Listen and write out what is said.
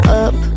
up